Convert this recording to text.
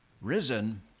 risen